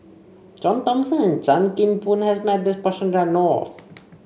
John Thomson and Chan Kim Boon has met this person that I know of